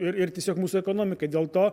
ir ir tiesiog mūsų ekonomikai dėl to